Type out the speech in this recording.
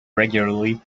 regularly